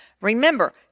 Remember